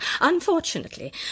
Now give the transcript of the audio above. Unfortunately